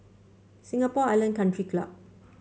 Singapore Island Country Club